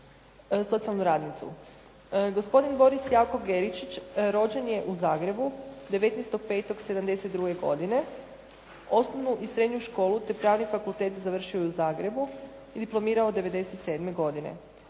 Gospodin Boris Jakov Geričić rođen je u Zagrebu 19.5.1972. godine. Osnovnu i srednju školu te Pravni fakultet završio je u Zagrebu i diplomirao 1997. godine.